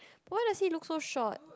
why does he look so short